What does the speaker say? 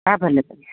હાં ભલે ભલે